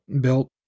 built